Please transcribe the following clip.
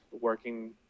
working